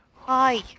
Hi